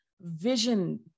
vision